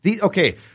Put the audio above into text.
okay